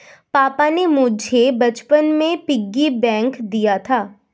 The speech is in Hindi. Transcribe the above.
पापा ने मुझे बचपन में पिग्गी बैंक दिया था